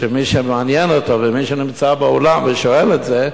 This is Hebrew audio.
שמי שמעניין אותו ומי שנמצא באולם ושואל את זה,